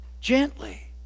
Gently